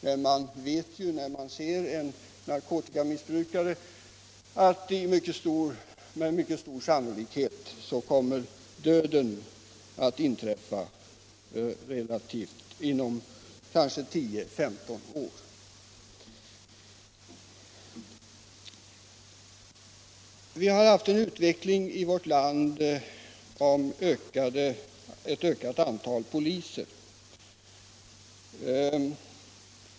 Men vi vet att döden för narkotikamissbrukare kommer relativt snart — kanske inom 10 eller 15 år. Vi har haft en utveckling i vårt land mot ett ökat antal poliser.